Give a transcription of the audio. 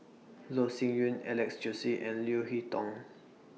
Loh Sin Yun Alex Josey and Leo Hee Tong